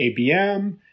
ABM